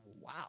Wow